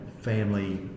family